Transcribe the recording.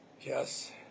yes